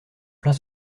plein